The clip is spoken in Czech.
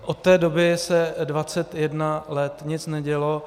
Od té doby se 21 let nic nedělo.